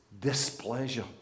displeasure